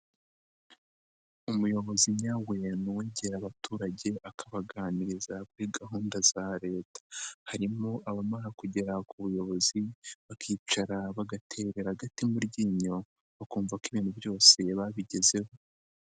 Umuyobozi nyawe ni uwegera abaturage akabaganiriza kuri gahunda za leta, harimo abamara kugera ku buyobozi, bakicara bagaterera agati mu ryinyo, bakumva ko ibintu byose babigezeho.